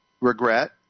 regret